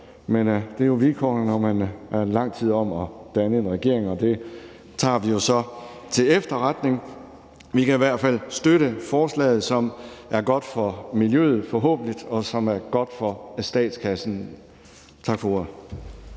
Men det er jo vilkårene, når man er lang tid om at danne en regering, og det tager vi så til efterretning. Vi kan i hvert fald støtte forslaget, som forhåbentlig er godt for miljøet, og som er godt for statskassen. Tak for ordet.